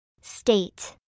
State